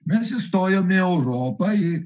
mes įstojom į europą